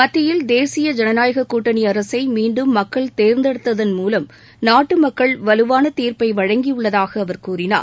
மத்தியில் தேசிய ஜனநாயக கூட்டணி அரசை மீண்டும் மக்கள் தேர்ந்தெடுத்ததன் மூலம் நாட்டு மக்கள் வலுவான தீர்ப்பை வழங்கியுள்ளதாக அவர் கூறினார்